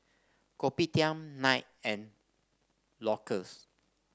Kopitiam Knight and Loackers